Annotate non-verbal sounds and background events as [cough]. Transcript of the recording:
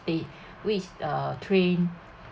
there [breath] which uh train